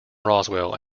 roswell